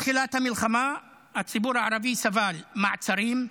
מתחילת המלחמה הציבור הערבי סבל מעצרים,